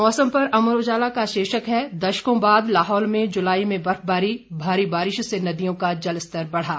मौसम पर अमर उजाला का शीर्षक है दशकों बाद लाहौल में जुलाई में बर्फबारी भारी बारिश से नदियों का जलस्तर बढ़ा